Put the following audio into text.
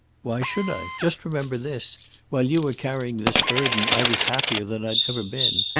why should i? just remember this while you were carrying this burden, i was happier than i'd ever been.